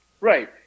Right